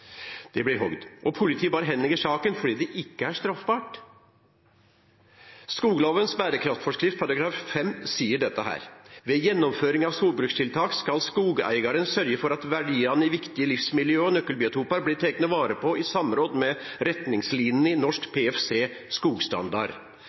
Det blir hogget, og politiet bare henlegger saken fordi det ikke er straffbart. I forskrift om berekraftig skogbruk § 5 heter det: «Ved gjennomføring av skogbrukstiltak skal skogeigaren sørgje for at verdiane i viktige livsmiljø og nøkkelbiotopar blir tekne vare på i samråd med retningslinene i Norsk